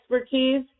expertise